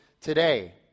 today